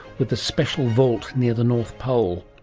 with the special vault near the north pole.